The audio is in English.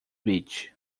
beach